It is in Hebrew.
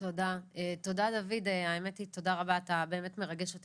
תודה דוד, האמת היא, תודה רבה אתה באמת מרגש אותי.